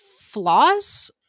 flaws